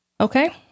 Okay